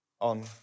on